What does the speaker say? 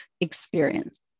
experience